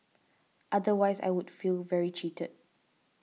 otherwise I would feel very cheated